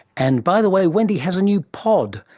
and, by the way, wendy has a new pod,